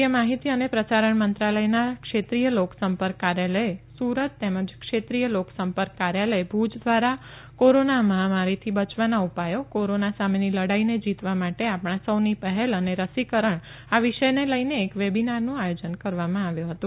કેન્દ્રીય માહિતી અને પ્રસારણ મંત્રાલયના ક્ષેત્રીય લોકસંપર્ક કાર્યાલય સુરત તેમજ ક્ષેત્રીય લોકસંપર્ક કાર્યાલય ભુજ દ્વારા કોરોના મહામારીથી બચવાના ઉપાથો કોરોના સામેની લડાઇને જીતવા માટે આપણા સૌની પહેલ અને રસીકરણ આ વિષયને લઈને એક વેબીનારનું આયોજન કરવામાં આવ્યું હતું